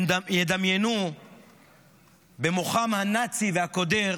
הם ידמיינו במוחם הנאצי והקודר